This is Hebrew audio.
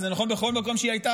וזה נכון בכל מקום שהיא הייתה,